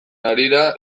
harira